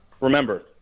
remember